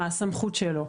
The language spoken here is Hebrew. מה הסמכות שלו,